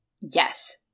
Yes